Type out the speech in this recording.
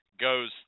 goes